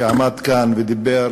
שעמד כאן ודיבר,